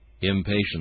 Impatient